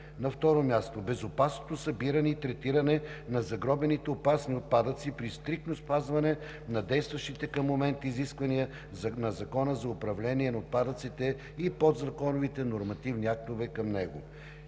терен; - безопасното събиране и третиране на загробените опасни отпадъци при стриктно спазване на действащите към момента изисквания на Закона за управление на отпадъците и подзаконовите нормативни документи към него;